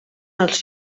els